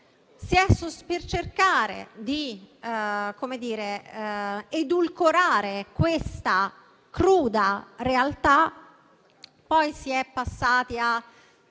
Per cercare di edulcorare questa cruda realtà si è passati a